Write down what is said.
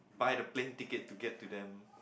buy the plane ticket to get to them